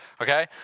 okay